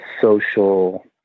social